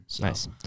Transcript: Nice